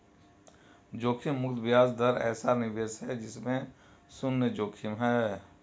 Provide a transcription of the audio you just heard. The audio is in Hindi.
जोखिम मुक्त ब्याज दर ऐसा निवेश है जिसमें शुन्य जोखिम है